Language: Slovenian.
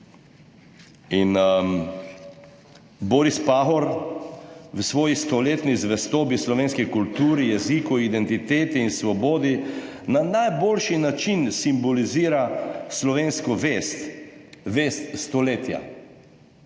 Boris Pahor v svoji stoletni zvestobi slovenski kulturi, jeziku, identiteti in svobodi na najboljši način simbolizira slovensko vest, vest stoletja.